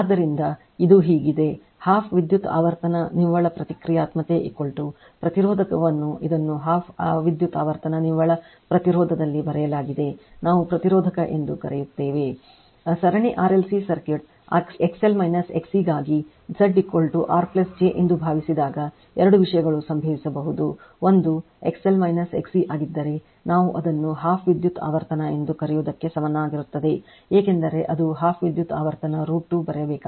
ಆದ್ದರಿಂದ ಇದು ಹೀಗಿದೆ 12 ವಿದ್ಯುತ್ ಆವರ್ತನದಲ್ಲಿ ನಿವ್ವಳ ಪ್ರತಿಕ್ರಿಯಾತ್ಮಕತೆ ಪ್ರತಿರೋಧಕವನ್ನು ಇದನ್ನು 12 ವಿದ್ಯುತ್ ಆವರ್ತನ ನಿವ್ವಳ ಪ್ರತಿರೋಧದಲ್ಲಿ ಬರೆಯಲಾಗಿದೆ ನಾವು ಪ್ರತಿರೋಧಕ ಎಂದು ಕರೆಯುತ್ತೇವೆ ಸರಣಿ RLC ಸರ್ಕ್ಯೂಟ್ XL XC ಗಾಗಿ Z R j ಎಂದು ಭಾವಿಸಿದಾಗ ಎರಡು ವಿಷಯಗಳು ಸಂಭವಿಸಬಹುದು ಒಂದು XL XC ಆಗಿದ್ದರೆ ನಾವು ಅದನ್ನು12 ವಿದ್ಯುತ್ ಆವರ್ತನ ಎಂದು ಕರೆಯುವುದಕ್ಕೆ ಸಮನಾಗಿರುತ್ತದೆ ಏಕೆಂದರೆ ಅದು 12 ವಿದ್ಯುತ್ ಆವರ್ತನ √ 2 ಬರಬೇಕಾಗಿದೆ